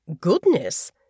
Goodness